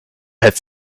had